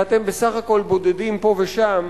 כי אתם בסך הכול בודדים פה ושם,